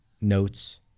notes